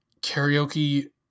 karaoke